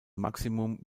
maximum